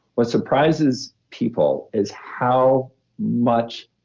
what surprises people is how much,